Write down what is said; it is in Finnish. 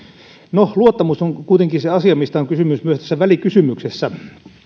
no luottamus on kuitenkin se asia mistä on kysymys myös tässä välikysymyksessä